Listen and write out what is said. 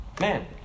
man